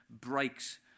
breaks